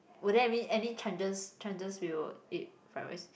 were there any any chances chances we will eat fried rice